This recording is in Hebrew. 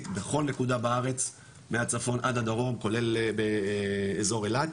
בכל נקודה בארץ מהצפון עד הדרום כולל באזור אילת,